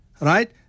right